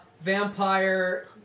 Vampire